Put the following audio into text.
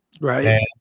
Right